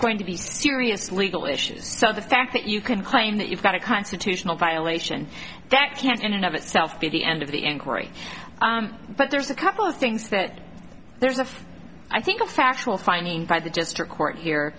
going to be serious legal issues so the fact that you can claim that you've got a constitutional violation that can't in and of itself be the end of the inquiry but there's a couple of things that there's a i think a factual finding by the district court here